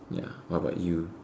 ya what about you